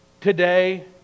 Today